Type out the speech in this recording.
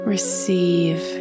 Receive